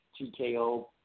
TKO